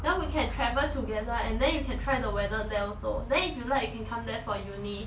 then we can travel together and then you can try the weather there also then if you like you can come there for uni